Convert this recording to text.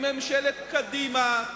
עם ממשלת קדימה,